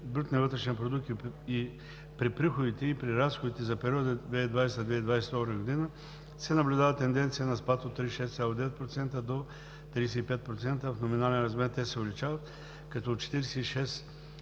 брутния вътрешен продукт и при приходите, и при разходите за периода 2020 – 2022 г. се наблюдава тенденция на спад от 36,9% до 35,0%, а в номинален размер те се увеличават, като от 46